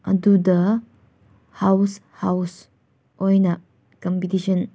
ꯑꯗꯨꯗ house house ꯑꯣꯏꯅ competition